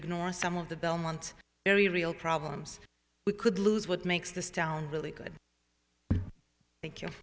ignore some of the belmont very real problems we could lose what makes this town really good thank you